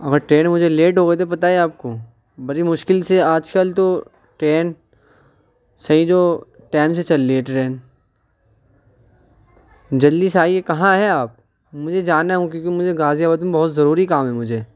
اگر ٹرین مجھے لیٹ ہو گئی تو پتہ ہے آپ کو بڑی مشکل سے آج کل تو ٹرین صحیح جو ٹائم سے چل رہی ہے ٹرین جلدی سے آئیے کہاں ہیں آپ مجھے جانا ہے کیونکہ مجھے غازی آباد میں بہت ضروری کام ہے مجھے